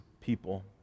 people